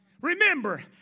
remember